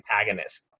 antagonist